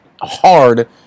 hard